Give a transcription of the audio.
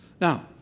Now